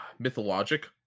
Mythologic